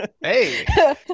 Hey